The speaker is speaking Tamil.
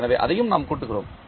எனவே அதையும் நாம் கூட்டுகிறோம்